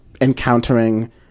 encountering